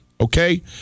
Okay